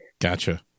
Gotcha